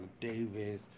David